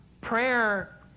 Prayer